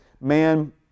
man